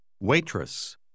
Waitress